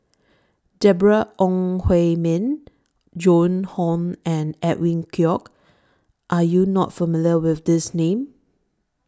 Deborah Ong Hui Min Joan Hon and Edwin Koek Are YOU not familiar with These Names